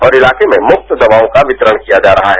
और इलाके में मुफ्त दवाओं का वितरण किया जा रहा है